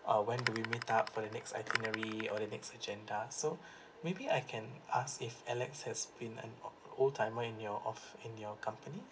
uh when do we meet up for the next itinerary or the next agenda so maybe I can ask if alex has been an uh old timer in your of in your company